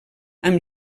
amb